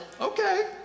okay